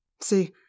See